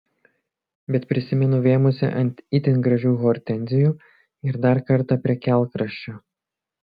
bet prisimenu vėmusi ant itin gražių hortenzijų ir dar kartą prie kelkraščio